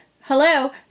hello